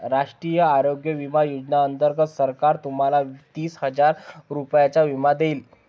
राष्ट्रीय आरोग्य विमा योजनेअंतर्गत सरकार तुम्हाला तीस हजार रुपयांचा विमा देईल